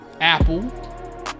apple